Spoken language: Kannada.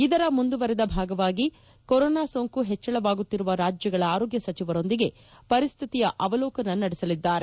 ಇದರ ಮುಂದುವರೆದ ಭಾಗವಾಗಿ ಕೊರೊನಾ ಸೋಂಕು ಹೆಚ್ವಳವಾಗುತ್ತಿರುವ ರಾಜ್ಯಗಳ ಆರೋಗ್ಯ ಸಚಿವರೊಂದಿಗೆ ಪರಿಸ್ಥಿತಿಯ ಅವಲೋಕನ ನಡೆಸಲಿದ್ದಾರೆ